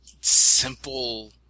simple